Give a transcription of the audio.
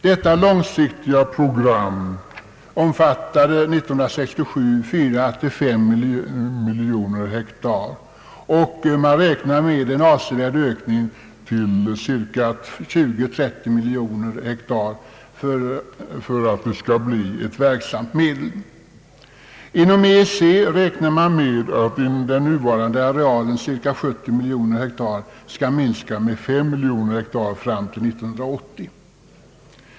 Detta långsiktiga program omfattade fyra å fem miljoner hektar år 1967, och man räknar med en avsevärd ökning, till cirka 20—30 miljoner hektar åker, för att det skall bli ett verksamt medel. Inom EEC räknar man med att den nuvarande arealen, cirka 70 miljoner hektar, skall minska med 35 miljoner hektar fram till år 1980.